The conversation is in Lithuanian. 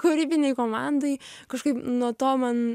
kūrybinei komandai kažkaip nuo to man